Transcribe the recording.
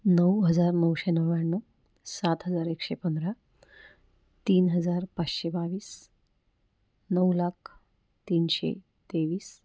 नऊ हजार नऊशे नव्व्याण्णव सात हजार एकशे पंधरा तीन हजार पाचशे बावीस नऊ लाख तीनशे तेवीस